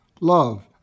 love